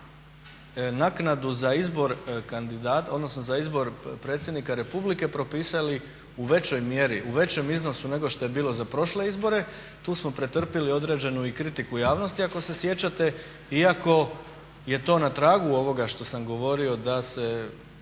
odnosno za izbor predsjednika Republike propisali u većoj mjeri, u većem iznosu no što je bilo za prošle izbore. Tu smo pretrpjeli određenu i kritiku javnosti ako se sjećate iako je to na tragu ovoga što sam govorio da se